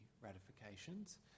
ratifications